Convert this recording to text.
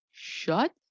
Shut